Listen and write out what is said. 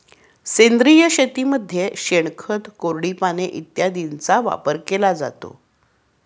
सेंद्रिय शेतीमध्ये शेणखत, कोरडी पाने इत्यादींचा वापर केला जातो